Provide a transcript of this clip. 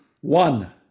One